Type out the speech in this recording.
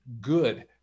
good